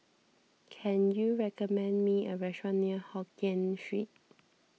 can you recommend me a restaurant near Hokien Street